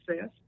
says